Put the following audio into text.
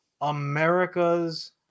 America's